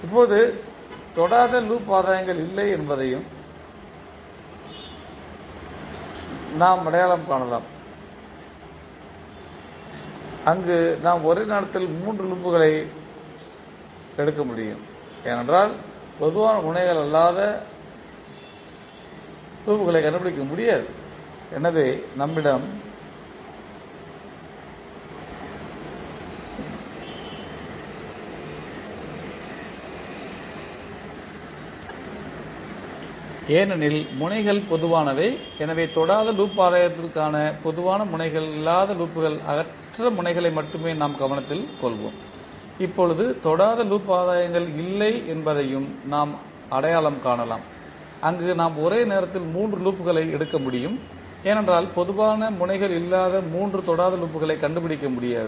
இப்போது தொடாத லூப் ஆதாயங்கள் இல்லை என்பதையும் நாம் அடையாளம் காணலாம் அங்கு நாம் ஒரே நேரத்தில் மூன்று லூப்களை எடுக்க முடியும் ஏனென்றால் பொதுவான முனைகள் இல்லாத மூன்று தொடாத லூப்களைக் கண்டுபிடிக்க முடியாது